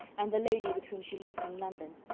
and the lady with whom she lived in london.